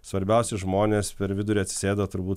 svarbiausi žmonės per vidurį atsisėda turbūt